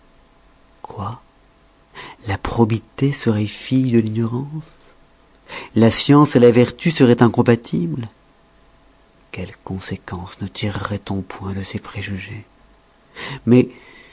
quoi la probité seroit fille de l'ignorance la science la vertu seroient incompatibles quelles conséquences ne tireroit on point de ces préjugés mais